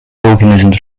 organisms